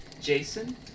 Jason